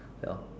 so